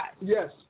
Yes